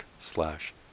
slash